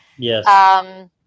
Yes